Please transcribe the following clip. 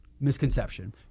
misconception